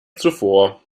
zuvor